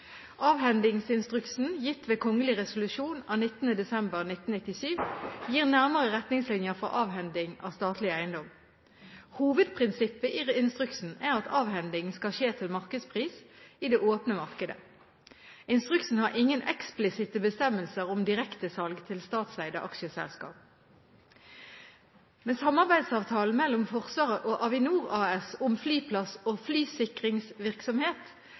Avhendingsinstruksen, gitt ved kgl. res. av 19. desember 1997, gir nærmere retningslinjer for avhending av statlig eiendom. Hovedprinsippet i instruksen er at avhending skal skje til markedspris i det åpne markedet. Instruksen har ingen eksplisitte bestemmelser om direktesalg til statseide aksjeselskaper. Samarbeidsavtalen mellom Forsvaret og Avinor AS, om flyplass- og flysikringsvirksomhet,